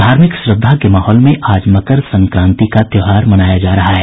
धार्मिक श्रद्वा के माहौल में आज मकर संक्रांति का त्योहार मनाया जा रहा है